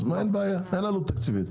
אין עלות תקציבית.